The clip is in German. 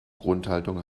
grundhaltung